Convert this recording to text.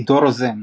עידו רוזן,